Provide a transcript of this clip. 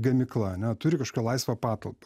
gamykla ane turi kažkokią laisvą patalpą